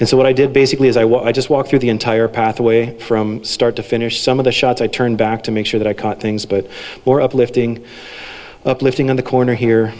and so what i did basically as i was just walk through the entire pathway from start to finish some of the shots i turned back to make sure that i caught things but more uplifting uplifting on the corner here